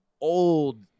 old